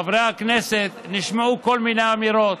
חברי הכנסת, נשמעו כל מיני אמירות: